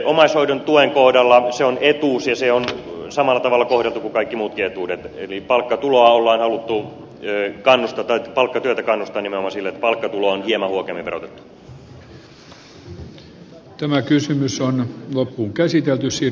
omaishoidon tuki se on etuus ja se on samalla tavalla kohdeltu kuin kaikki muutkin etuudet eli palkkatyötä on haluttu kannustaa nimenomaan sillä että palkkatulo on hieman huokeammin verotettu